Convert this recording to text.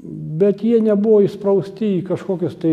bet jie nebuvo įsprausti į kažkokius tai